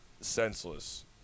Senseless